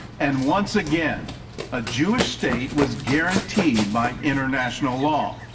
and once again a jewish state was guaranteed by international law.